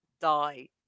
die